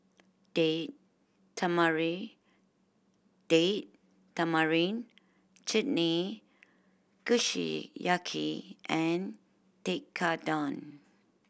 Date Tamarind Date Tamarind Chutney Kushiyaki and Tekkadon